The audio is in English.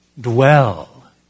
dwell